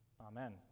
Amen